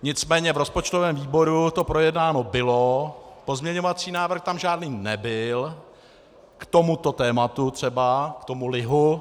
Nicméně v rozpočtovém výboru to projednáno bylo, pozměňovací návrh tam žádný nebyl k tomuto tématu třeba, k tomu lihu.